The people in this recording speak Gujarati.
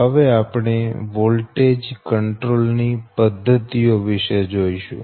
હવે આપણે વોલ્ટેજ કંટ્રોલ ની પદ્ધતિઓ વિષે જોઈશું